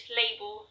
label